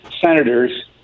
senators